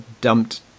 dumped